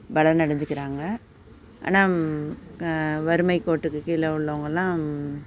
பலன் அடஞ்சுக்கிறாங்க ஆனால் வறுமை கோட்டுக்கு கீழே உள்ளவங்களெலாம்